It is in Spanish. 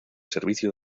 servicio